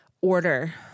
order